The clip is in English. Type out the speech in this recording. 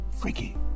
freaky